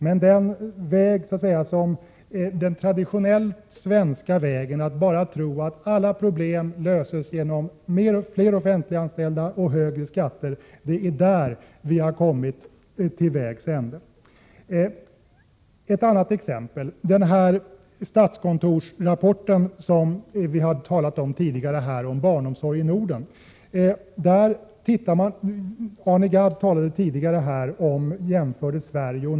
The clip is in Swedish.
Men på den traditionellt svenska vägen — att tro att alla problem löses genom fler offentliganställda och högre skatter — har vi kommit till vägs ände. Ett annat exempel gäller den rapport från statskontoret om barnomsorg i Norden som vi har talat om tidigare. Arne Gadd gjorde i sitt anförande jämförelser mellan förhållanden i Sverige och Norge och sade att man i Prot.